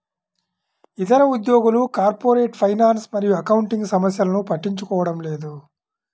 ఇతర ఉద్యోగులు corporate finance మరియు అకౌంటింగ్ సమస్యలను పట్టించుకోవడం లేదు